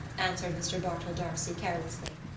answered mr. bartell d'arcy carelessly.